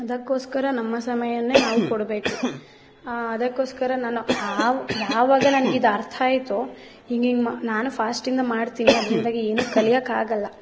ಅದಕ್ಕೋಸ್ಕರ ನಮ್ಮ ಸಮಯವನ್ನೆ ನಾವು ಕೊಡಬೇಕು ಅದಕ್ಕೋಸ್ಕರ ನಾನು ಆವ್ ಯಾವಾಗ ನನಗಿದು ಅರ್ಥ ಆಯ್ತೋ ಹಿಂಗೆ ಹಿಂಗೆ ಮಾ ನಾನು ಫಾಸ್ಟಿಂದ ಮಾಡ್ತೀನಿ ಅದರಿಂದಾಗಿ ಏನು ಕಲಿಯೋಕ್ಕಾಗೋಲ್ಲ